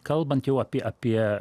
kalbant jau apie apie